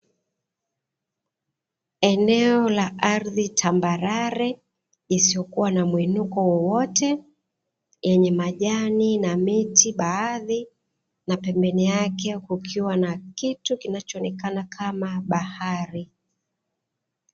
Eneo la ardhi tambarare lisilokuwa na mwinuko wowote lenye majani na miti baadhi, na pembeni yake kukiwa na kitu kinachoonekana kama bahari.